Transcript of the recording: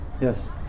Yes